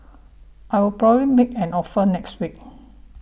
I'll probably make an offer next week